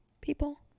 People